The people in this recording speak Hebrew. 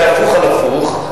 בהפוך על הפוך,